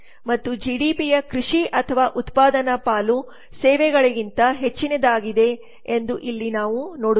ಮತ್ತು ಜಿಡಿಪಿಯ ಕೃಷಿ ಅಥವಾ ಉತ್ಪಾದನಾ ಪಾಲು ಸೇವೆಗಳಿಗಿಂತ ಹೆಚ್ಚಿನದಾಗಿದೆ ಎಂದು ಇಲ್ಲಿ ನಾವು ನೋಡುತ್ತೇವೆ